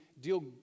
deal